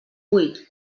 vuit